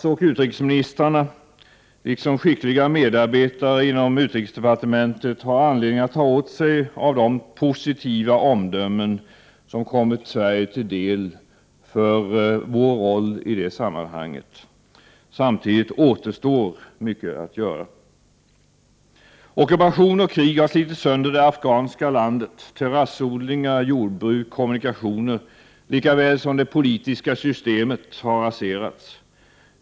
Statsoch utrikesministrarna, liksom skickliga medarbetare inom utrikesdepartementet, har anledning att ta till sig de positiva omdömen som kommit Sverige till del för vår roll i det sammanhanget, samtidigt som det återstår mycket att göra. Ockupation och krig har slitit sönder det afghanska landet. Terrassodlingar, jordbruk, kommunikationer likaväl som det politiska systemet har raserats.